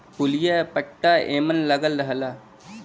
पुलिया पट्टा एमन लगल रहला